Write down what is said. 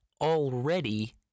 already